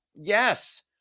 Yes